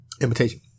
imitation